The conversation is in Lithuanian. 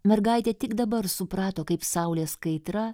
mergaitė tik dabar suprato kaip saulės kaitra